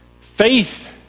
faith